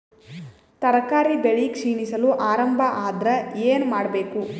ತರಕಾರಿ ಬೆಳಿ ಕ್ಷೀಣಿಸಲು ಆರಂಭ ಆದ್ರ ಏನ ಮಾಡಬೇಕು?